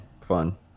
fun